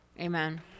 Amen